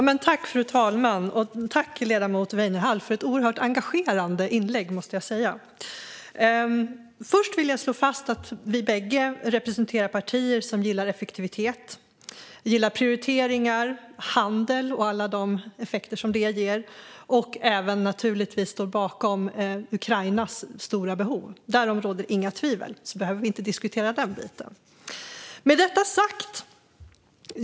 Fru talman! Jag tackar ledamoten Weinerhall för ett engagerande inlägg. Vi bägge representerar partier som gillar effektivitet, prioriteringar, handel och alla handelns effekter, och vi står givetvis även bakom Ukrainas stora behov. Därom råder inga tvivel - så behöver vi inte diskutera den biten.